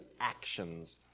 actions